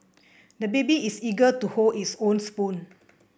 the baby is eager to hold his own spoon